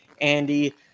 Andy